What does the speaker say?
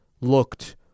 looked